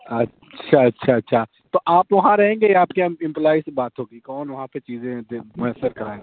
اچھا اچھا اچھا تو آپ وہاں رہیں گے آپ کے امپلائی سے بات ہوگی کون وہاں پہ چیزیں دے میسر کراٮٔیں